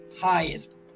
Highest